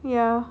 yeah